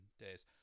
days